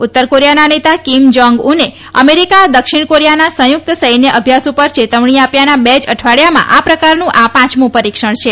ઉત્તર કોરિયાના નેતા કિમ જાંગ ઉને અમેરિકા દક્ષિણ કોરિથાના સંયુક્ત સૈન્ય અભ્યાસ ઉપર ચેતવણી આપ્યાના ર જ અઠવાડિયામાં આ પ્રકારનું આ પમું પરીક્ષણ છે